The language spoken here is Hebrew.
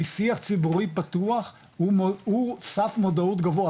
כי שיח ציבורי פתוח הוא סף מודעות גבוה,